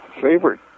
favorite